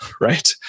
right